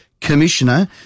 Commissioner